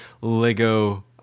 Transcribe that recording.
LEGO